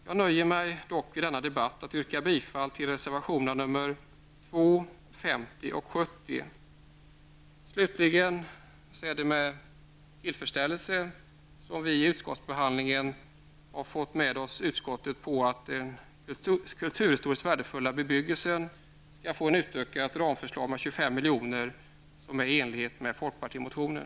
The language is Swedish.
Jag nöjer mig dock i denna debatt med att yrka bifall till reservationerna nr 2, 50 och Slutligen är det med tillfredsställelse som vi noterar att vi vid utskottsbehandlingen har fått med oss utskottet på att den kulturhistoriskt värdefulla bebyggelsen skall få en med 25 miljoner utökad tillstyrkanderam. Detta är i enlighet med folkpartimotionen.